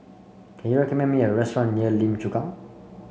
can you recommend me a restaurant near Lim Chu Kang